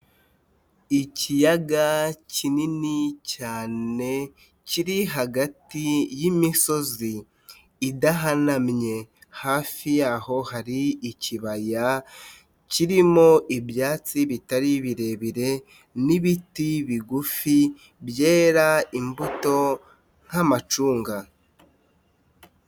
Ikiyaga kinini cyane kiri hagati y'imisozi idahanamye hafi yaho hari ikibaya kirimo ibyatsi bitari birebire n'ibiti bigufi byera imbuto nk'amacunga.